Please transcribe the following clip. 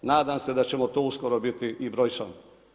Nadam se da ćemo to uskoro biti i brojčano.